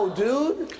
dude